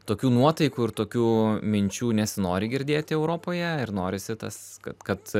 tokių nuotaikų ir tokių minčių nesinori girdėti europoje ir norisi tas kad kad